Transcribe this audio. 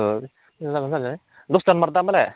औ मोजां जागोन आरो दसथा मार तारमाने